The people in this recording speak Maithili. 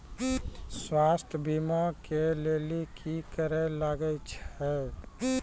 स्वास्थ्य बीमा के लेली की करे लागे छै?